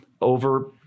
over